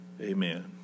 Amen